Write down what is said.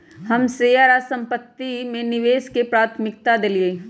हम शेयर आऽ संपत्ति में निवेश के प्राथमिकता देलीयए